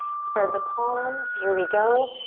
spread the palms, here we go.